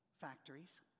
Factories